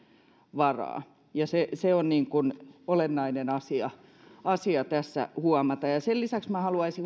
varaa ja se on olennainen asia asia tässä huomata sen lisäksi minä haluaisin